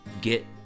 get